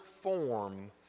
form